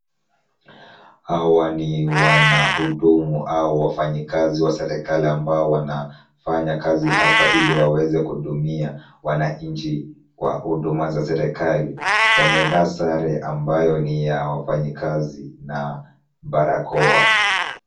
Hawa ni wanahudumu au wafanyikazi wa serikali ambao wanafanya kazi hapa ili waweze kuhudumia wananchi kwa huduma za serikali, wamevaa sare ambayo ni ya wafanyikazi na barakoa.